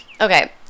Okay